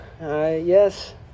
yes